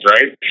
Right